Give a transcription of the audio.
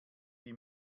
wie